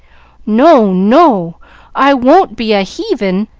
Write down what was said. no, no i won't be a heevin!